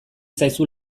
zaizu